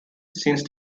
since